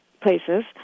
places